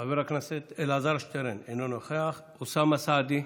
חבר הכנסת אלעזר שטרן, אינו נוכח, אוסאמה סעדי,